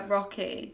Rocky